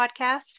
Podcast